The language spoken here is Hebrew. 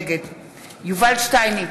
נגד יובל שטייניץ,